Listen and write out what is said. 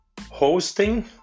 hosting